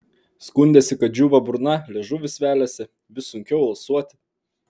skundėsi kad džiūva burna liežuvis veliasi vis sunkiau alsuoti